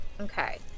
Okay